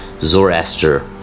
zoroaster